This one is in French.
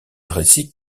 récit